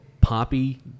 poppy